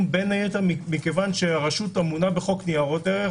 בין היתר מכיוון שהרשות אמונה בחוק ניירות ערך